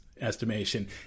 estimation